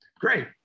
Great